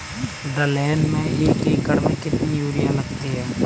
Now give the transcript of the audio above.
दलहन में एक एकण में कितनी यूरिया लगती है?